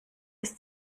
bis